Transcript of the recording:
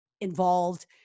involved